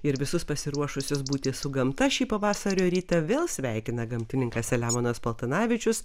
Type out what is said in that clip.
ir visus pasiruošusius būti su gamta šį pavasario rytą vėl sveikina gamtininkas selemonas paltanavičius